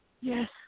Yes